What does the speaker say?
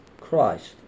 Christ